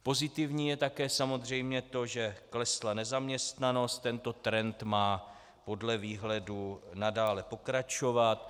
Pozitivní je také samozřejmě to, že klesla nezaměstnanost, tento trend má podle výhledu nadále pokračovat.